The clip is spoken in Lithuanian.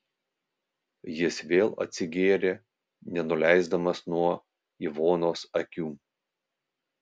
jis vėl atsigėrė nenuleisdamas nuo ivonos akių